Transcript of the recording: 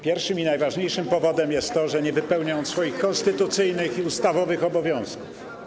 Pierwszym i najważniejszym powodem jest to, że nie wypełnia on swoich konstytucyjnych i ustawowych obowiązków.